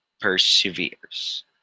perseveres